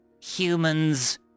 Humans